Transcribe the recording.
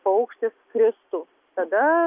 paukštis kristų tada